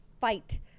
fight